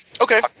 okay